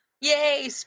Yay